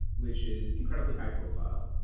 which is incredibly high profile,